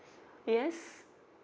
yes